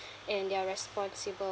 and they are responsible